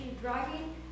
driving